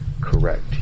correct